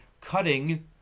cutting